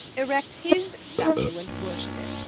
erect his statue, and worship it,